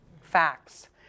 facts